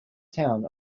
town